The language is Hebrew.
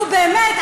נו, באמת.